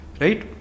right